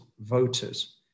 voters